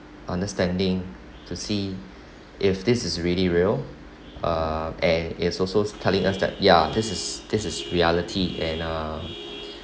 understanding to see if this is really real uh and it's also telling us that ya this is this is reality and uh